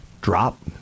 drop